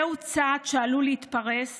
זהו צעד שעלול להתפרש